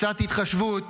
קצת התחשבות,